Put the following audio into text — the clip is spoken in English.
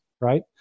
right